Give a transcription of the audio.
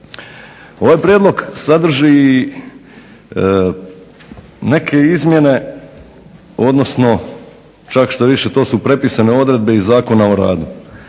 Ovaj Prijedlog sadrži neke izmjene odnosno čak štoviše to su prepisane odredbe iz Zakona o radu